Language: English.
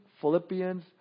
Philippians